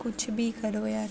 कुछ बी करो यार